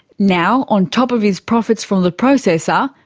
now, on top of his profits from the processor,